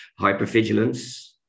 hypervigilance